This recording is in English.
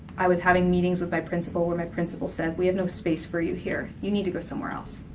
i was having meetings with my principal where my principal said, we have no space for you here. you need to go somewhere else.